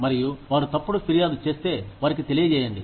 మరియు వారు తప్పుడు ఫిర్యాదు చేస్తే వారికి తెలియజేయండి